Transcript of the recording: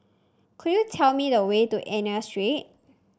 could you tell me the way to Ernani Street